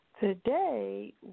Today